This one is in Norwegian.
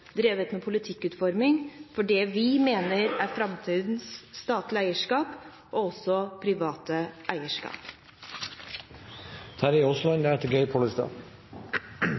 drevet med politikkutforming av det vi mener er framtidens statlige eierskap og private eierskap.